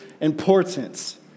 importance